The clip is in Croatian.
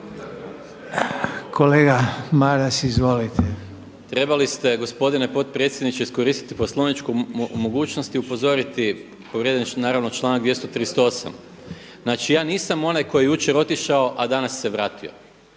Gordan (SDP)** Trebali ste gospodine potpredsjedniče iskoristiti poslovničku mogućnost i upozoriti, povrijeđen je naravno članak 238. Znači ja nisam onaj koji je jučer otišao a danas se vratio.